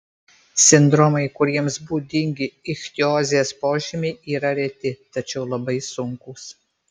sindromai kuriems būdingi ichtiozės požymiai yra reti tačiau labai sunkūs